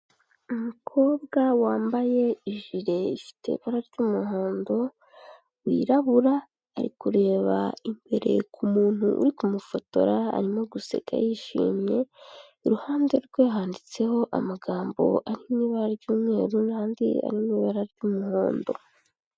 Umukobwa wambaye ijire ifite ibara ry'umuhondo wirabura, ari kureba imbere ku muntu uri kumufotora, arimo guseka yishimye, iruhande rwe handitseho amagambo ari mu ibara ry'umweru n'andi ari ibara ry'umuhondo.